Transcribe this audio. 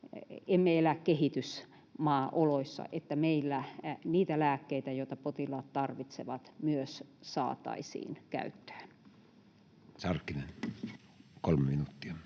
emme elä kehitysmaaoloissa vaan että meillä niitä lääkkeitä, joita potilaat tarvitsevat, myös saataisiin käyttöön. [Speech 14] Speaker: Matti